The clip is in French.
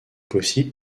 possible